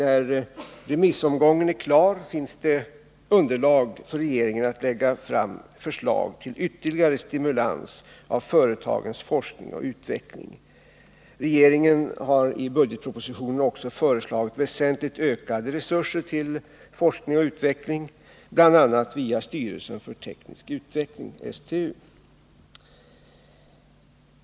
När remissomgången är klar finns det underlag för regeringen för att lägga fram ett förslag till ytterligare stimulans av företagens forskning och utveckling. Regeringen har i budgetpropositionen också föreslagit väsentligt ökade resurser till forskningen, bl.a. via styrelsen för teknisk utveckling, STU.